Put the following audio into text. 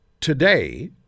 today